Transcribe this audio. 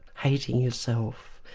hating yourself.